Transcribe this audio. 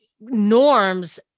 norms